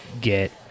get